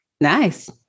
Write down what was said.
Nice